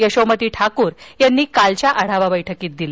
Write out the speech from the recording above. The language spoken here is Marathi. यशोमती ठाकूर यांनी कालच्या आढावा बैठकीत दिले